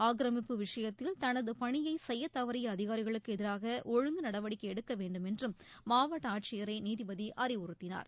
ஆக்கிரமிப்பு விஷயத்தில் தனது பணியை செய்யத்தவறிய அதிகாரிகளுக்கு எதிராக ஒழுங்கு நடவடிக்கை எடுக்க வேண்டுமென்றும் மாவட்ட ஆட்சியரை நீதிபதி அறிவுறுத்தினார்